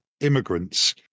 immigrants